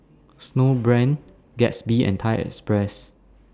Snowbrand Gatsby and Thai Express